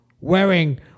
wearing